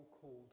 called